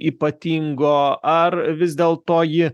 ypatingo ar vis dėl to ji